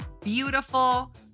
beautiful